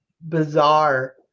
bizarre